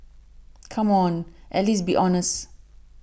come on at least be honest